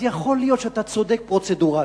אז יכול להיות שאתה צודק פרוצדורלית,